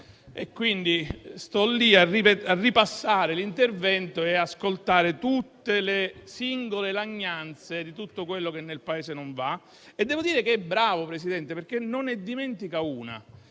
Quindi, mi ripasso l'intervento e ascolto le singole lagnanze su tutto quello che nel Paese non va. Devo dire che è bravo, Presidente, perché non ne dimentica una,